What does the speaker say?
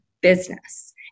business